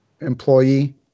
employee